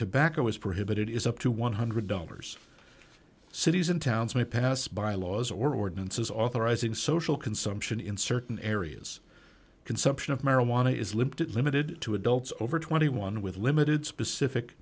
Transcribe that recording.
tobacco is prohibited is up to one hundred dollars cities and towns may pass by laws or ordinances authorizing social consumption in certain areas consumption of marijuana is limited limited to adults over twenty one with limited specific